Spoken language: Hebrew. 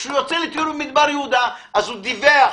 שכאשר הוא יוצא לטיול במדבר יהודה, הוא דיווח,